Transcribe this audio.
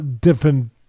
different